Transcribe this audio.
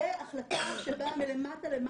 זו החלטה שבאה מלמטה מלמעלה.